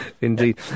indeed